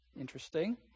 Interesting